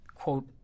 Quote